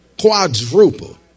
Quadruple